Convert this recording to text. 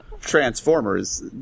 Transformers